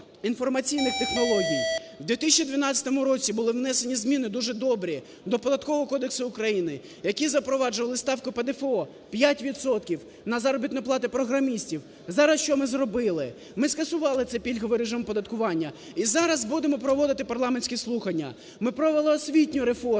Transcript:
інформаційних технологій. В 2012 році були внесені зміни дуже добрі до Податкового кодексу України, які запроваджували ставку ПДФО 5 відсотків на заробітні плати програмістів. Зараз що ми зробили? Ми скасували цей пільговий режим оподаткування і зараз будемо проводити парламентські слухання. Ми провели освітню реформу,